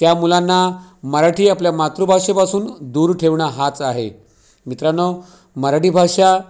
त्या मुलांना मराठी आपल्या मातृभाषेपासून दूर ठेवणं हाच आहे मित्रांनो मराठी भाषा